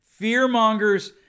Fearmongers